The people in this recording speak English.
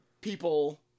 people